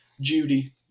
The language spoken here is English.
Judy –